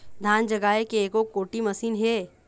धान जगाए के एको कोठी मशीन हे?